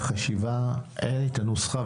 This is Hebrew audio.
אין לי את הנוסחה,